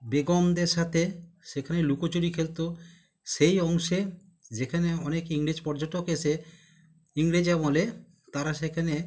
বেগমদের সাথে সেখানে লুকোচুরি খেলতো সেই অংশে যেখানে অনেক ইংরেজ পর্যটক এসে ইংরেজ আমলে তারা সেখানে